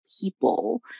people